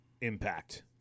impact